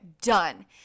done